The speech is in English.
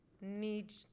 need